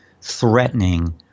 threatening